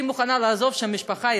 שהיא מוכנה לעזוב שם את המשפחה,